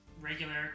regular